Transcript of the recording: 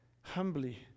humbly